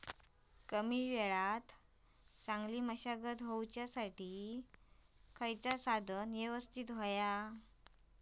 कमी वेळात चांगली मशागत होऊच्यासाठी कसला साधन यवस्तित होया?